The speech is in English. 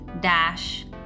dash